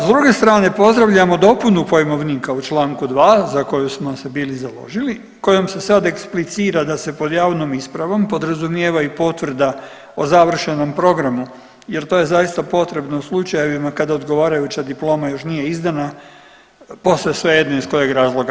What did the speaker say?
S druge strane pozdravljamo dopunu pojmovnika u članku 2. za koju smo se bili založili, kojom se sad eksplicira da se pod javnom ispravom podrazumijeva i potvrda o završenom programu jer to je zaista potrebno u slučajevima kada odgovarajuća diploma još nije izdana posve svejedno je iz kojeg razloga.